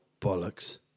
bollocks